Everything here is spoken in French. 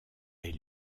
est